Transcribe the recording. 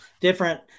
different